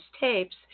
tapes